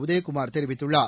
உதயகுமார் தெரிவித்துள்ளார்